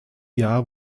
jahr